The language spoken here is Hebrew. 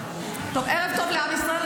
ערב טוב לעם ישראל,